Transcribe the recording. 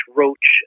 roach